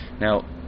now